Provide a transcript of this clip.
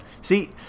see